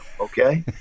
okay